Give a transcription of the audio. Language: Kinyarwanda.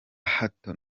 hato